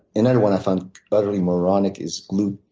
another one i find utterly moronic is glute